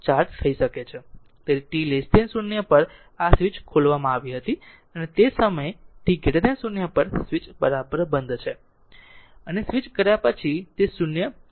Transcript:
તેથીt 0 પર આ સ્વીચ ખોલવામાં આવી હતી અને તે સમયે તે સમયે t 0 પર સ્વીચ બરાબર બંધ છે 0 છે અને સ્વિચ કર્યા પછી તે 0 બરાબર છે